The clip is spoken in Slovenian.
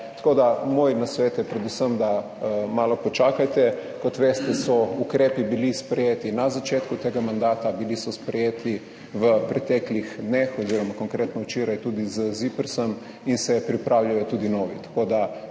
Tako da moj nasvet je predvsem, da malo počakajte. Kot veste, so ukrepi bili sprejeti na začetku tega mandata, bili so sprejeti v preteklih dneh oziroma konkretno včeraj tudi z ZIPRS-om in se pripravljajo tudi novi.